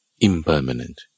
impermanent